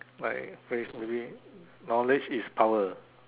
like phrase maybe knowledge is power